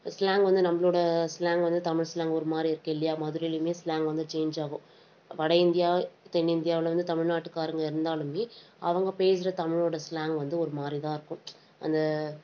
slang வந்து நம்மளோட slang வந்து தமிழ் ஸ்லாங் ஒருமாதிரி இருக்குது இல்லையா மதுரையிலேயுமே ஸ்லாங் வந்து சேஞ்ச் ஆகும் வட இந்தியா தென்னிந்தியாவில் வந்து தமிழ்நாட்டுக்காரங்க இருந்தாலுமே அவங்க பேசுகிற தமிழோட ஸ்லாங் வந்து ஒருமாதிரிதான் இருக்கும் அந்த